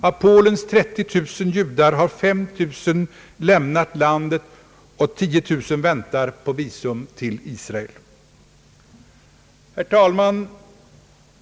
Av Polens 30 000 judar har 5 000 läm nat landet och 10 000 väntar på visum till Israel. Herr talman!